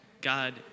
God